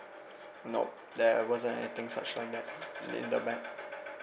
nope there wasn't anything such like that in in the bag